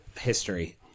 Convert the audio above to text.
history